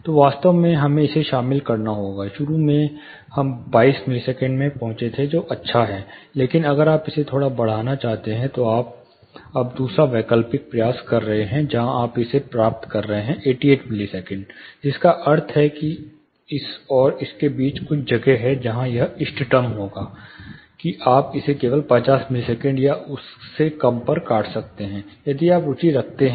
तो वास्तव में हमें इसे शामिल करना होगा शुरू में हम 22 मिलीसेकंड में पहुंचे थे जो अच्छा है लेकिन अगर आप इसे थोड़ा बढ़ाना चाहते हैं तो आप अब दूसरा वैकल्पिक प्रयास कर रहे हैं जहां आप इसे प्राप्त कर रहे हैं 88 मिलीसेकंड जिसका अर्थ है कि इस और इसके बीच कुछ जगह है जहां यह इष्टतम होगा कि आप इसे केवल 50 मिलीसेकंड या उससे कम पर काट सकते हैं यदि आप रुचि रखते हैं